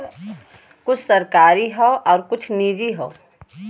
कुछ सरकारी हौ आउर कुछ निजी हौ